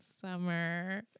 Summer